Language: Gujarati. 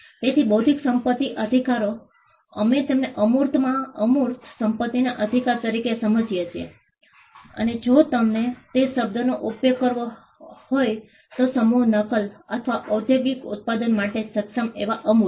તેથી બૌદ્ધિક સંપત્તિ અધિકારો અમે તેમને અમૂર્તમાં અમૂર્ત સંપત્તિના અધિકાર તરીકે સમજીએ છીએ અને જો તમને તે શબ્દનો ઉપયોગ કરવો હોય તો સામૂહિક નકલ અથવા ઔદ્યોગિક ઉત્પાદન માટે સક્ષમ એવા અમૂર્ત